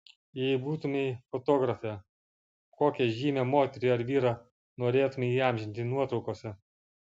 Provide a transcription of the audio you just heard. jei būtumei fotografė kokią žymią moterį ar vyrą norėtumei įamžinti nuotraukose